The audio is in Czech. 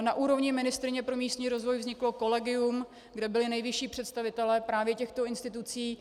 Na úrovni ministryně pro místní rozvoj vzniklo kolegium, kde byli nejvyšší představitelé právě těchto institucí.